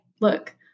Look